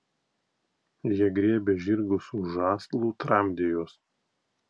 jie griebė žirgus už žąslų tramdė juos